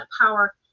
power